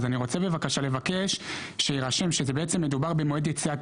אני רוצה בבקשה לבקש שיירשם שמדובר במועד יציאת